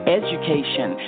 education